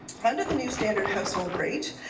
under the new standard household rate,